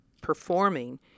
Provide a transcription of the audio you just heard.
performing